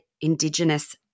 Indigenous